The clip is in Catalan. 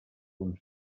uns